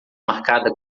marcada